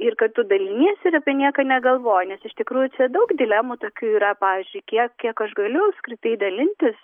ir kad tu daliniesi ir apie nieką negalvoji nes iš tikrųjų čia daug dilemų tokių yra pavyzdžiui kiek kiek aš galiu apskritai dalintis